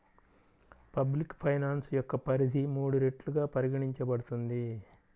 public finance యొక్క పరిధి మూడు రెట్లుగా పరిగణించబడుతుంది